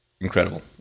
incredible